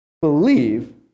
believe